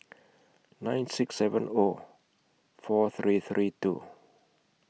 nine six seven O four three three two